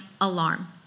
alarm